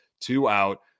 two-out